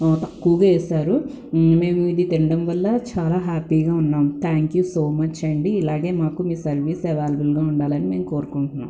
తక్కువగా వేసారు మేమిది తినడం వల్ల చాలా హ్యాప్పీగా ఉన్నాము థ్యాంక్ యు సో మచ్ అండి ఇలాగే మీ సర్వీస్ అవైలబుల్గా ఉండాలని మేము కోరుకుంటున్నాం